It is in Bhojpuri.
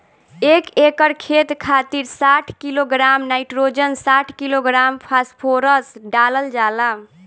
एक एकड़ खेत खातिर साठ किलोग्राम नाइट्रोजन साठ किलोग्राम फास्फोरस डालल जाला?